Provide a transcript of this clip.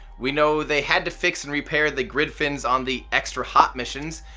we know they had to fix and repair the grid fins on the extra hot missions.